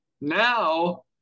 now